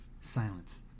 Silence